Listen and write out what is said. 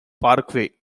parkway